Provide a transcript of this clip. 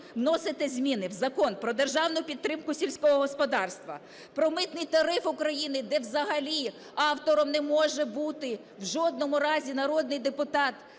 вносите зміни в Закон "Про державну підтримку сільського господарства", "Про митний тариф України", де взагалі автором не може бути в жодному разі народний депутат?